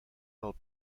del